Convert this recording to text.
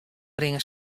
bringe